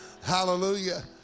Hallelujah